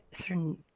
certain